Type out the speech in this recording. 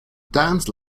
dance